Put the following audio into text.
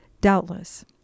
doubtless